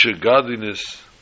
godliness